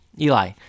Eli